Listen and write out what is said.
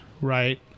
right